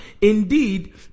Indeed